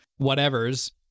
whatevers